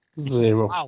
Zero